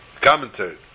Commentary